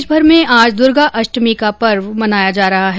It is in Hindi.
देशभर में आज दुर्गा अष्टमी का पर्व मनाया जा रहा है